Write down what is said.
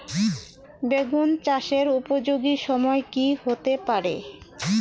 বেগুন চাষের উপযোগী সময় কি হতে পারে?